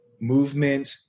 movement